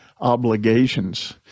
obligations